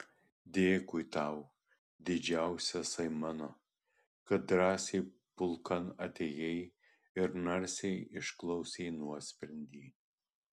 dėkui tau didžiausiasai mano kad drąsiai pulkan atėjai ir narsiai išklausei nuosprendį